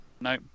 No